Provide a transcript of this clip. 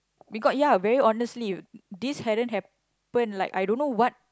because ya very honestly this hadn't happen like I don't know what